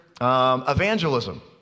evangelism